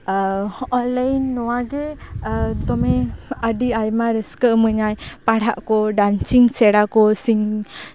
online ᱱᱚᱣᱟᱜᱮ ᱫᱚᱢᱮ ᱟᱹᱰᱤ ᱟᱭᱢᱟ ᱨᱟᱹᱥᱠᱟᱹ ᱤᱢᱟᱹᱧᱟᱭ ᱯᱟᱲᱦᱟᱜ ᱠᱚ ᱰᱟᱱᱥᱤᱝ ᱥᱮᱲᱟ ᱠᱚ